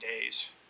days